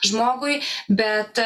žmogui bet